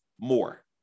more